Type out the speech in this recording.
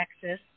Texas